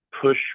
push